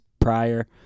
prior